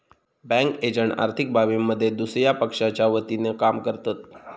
bank agent आर्थिक बाबींमध्ये दुसया पक्षाच्या वतीनं काम करतत